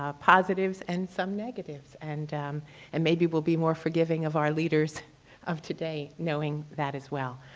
ah positives and some negatives. and and maybe we'll be more forgiving of our leaders of today knowing that as well.